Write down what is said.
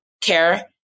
care